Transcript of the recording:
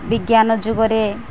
ବିଜ୍ଞାନ ଯୁଗରେ